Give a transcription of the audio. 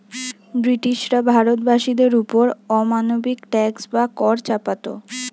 ব্রিটিশরা ভারতবাসীদের ওপর অমানবিক ট্যাক্স বা কর চাপাত